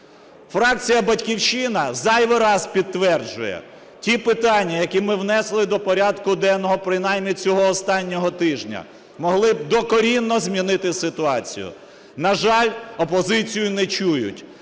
Фракція "Батьківщина" зайвий раз підтверджує, ті питання, які ми внесли до порядку денного принаймні цього останнього тижня, могли б докорінно змінити ситуацію. На жаль, опозицію не чують.